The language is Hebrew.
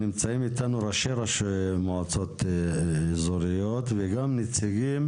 נמצאים איתנו ראשי מועצות אזוריות וגם נציגים